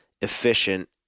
efficient